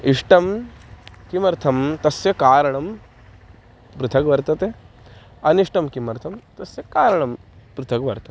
इष्टं किमर्थं तस्य कारणं पृथग् वर्तते अनिष्टं किमर्थं तस्य कारणं पृथग् वर्तते